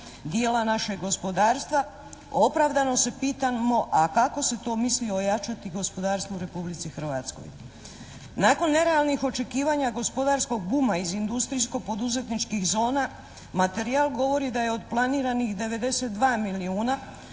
dijela našeg gospodarstva. Opravdano se pitamo a kako se to misli ojačati gospodarstvo u Republici Hrvatskoj? Nakon nerealnih očekivanja gospodarskog buma iz industrijsko-poduzetničkih zona materijal govori da je od planiranih 92 milijuna